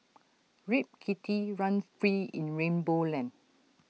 Rip Kitty run free in rainbow land